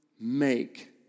Make